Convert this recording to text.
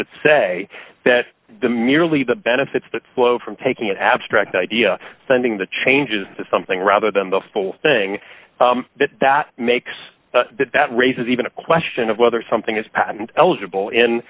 that say that the merely the benefits that flow from taking an abstract idea sending the changes to something rather than the full thing that makes that raises even a question of whether something is patent eligible in